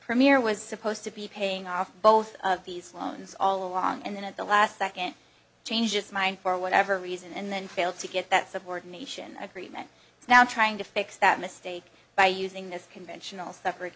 premier was supposed to be paying off both of these loans all along and then at the last second change of mind for whatever reason and then failed to get that subordination agreement now trying to fix that mistake by using the conventional s